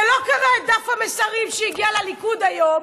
שלא קראה את דף המסרים שהגיע לליכוד היום,